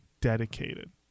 Dedicated